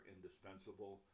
Indispensable